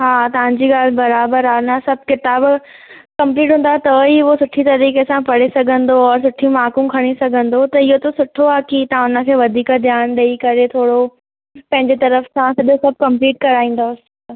हा तव्हांजी ॻाल्हि बराबरि आहे ना सभु किताब कम्प्लीट हूंदा त ई उहो सुठी तरीक़े सां पढ़ी सघंदो आहे सुठी मार्कूं खणी सघंदो त इहो त सुठो आहे की तव्हां हुनखे वधीक ध्यानु ॾेई करे थोरो पंहिंजी तरफ़ सां सॼो सभु कम्पलीट कराईंदसि